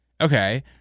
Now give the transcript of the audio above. Okay